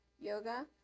yoga